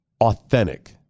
authentic